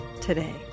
today